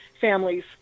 families